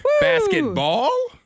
basketball